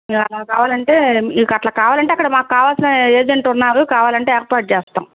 ఇ కావాలంటే మీకు అట్లా కావాలంటే అక్కడ మాకు కావాల్సిన ఏజెంట్ ఉన్నారు కావాలంటే ఏర్పాటు చేస్తాం